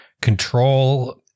control